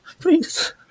Please